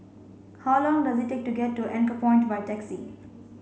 how long does it take to get to Anchorpoint by taxi